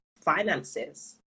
finances